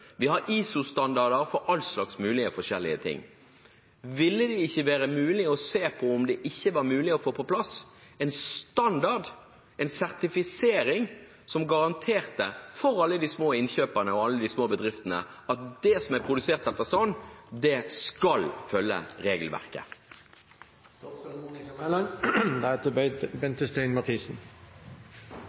vi har ISO-standarder for alle mulige forskjellige ting. Ville det ikke være mulig å se på om man kunne få på plass en standard, en sertifisering, som garanterte – for alle de små innkjøperne og alle de små bedriftene – at det som er produsert etter den, skal følge